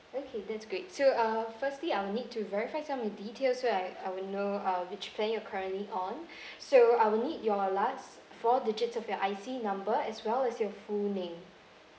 okay that's great so uh firstly I will need to verify some of the details so I I would know uh which plan you are currently on so I will need your last four digits of your I_C number as well as your full name